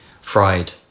fried